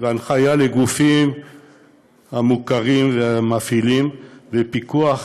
והנחיה לגופים המוכרים והמפעילים לפיקוח